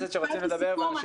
משפט סיכום,